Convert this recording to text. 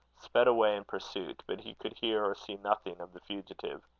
sped away in pursuit but he could hear or see nothing of the fugitive.